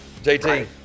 JT